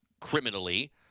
criminally